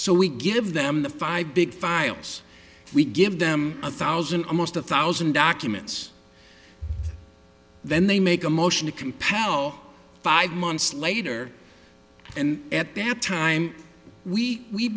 so we give them the five big files we give them a thousand almost a thousand documents then they make a motion to compel five months later and at that time we we